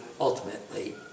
ultimately